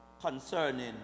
concerning